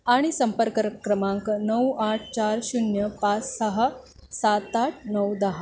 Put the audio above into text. आणि संपर्क क्रमांक नऊ आठ चार शून्य पाच सहा सात आठ नऊ दहा